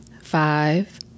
five